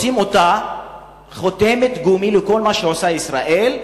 רוצים חותמת גומי לכל מה שעושה ישראל,